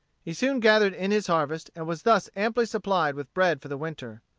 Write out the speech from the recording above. he soon gathered in his harvest, and was thus amply supplied with bread for the winter.